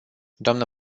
dnă